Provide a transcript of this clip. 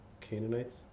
Canaanites